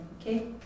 okay